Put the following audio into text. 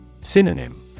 Synonym